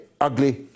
ugly